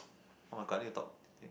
[oh]-my-god need to talk